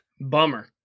Bummer